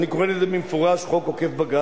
אני קורא לזה במפורש חוק עוקף-בג"ץ,